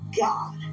God